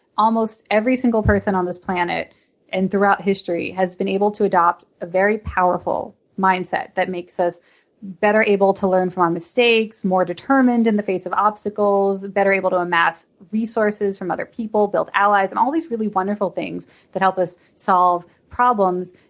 almost every single person on this planet and throughout history has been able to adopt a very powerful mindset that makes us better able to learn from our mistakes, more determined in the face of obstacles, better to amass resources from other people, build allies, and all these really wonderful things that help us solve problems,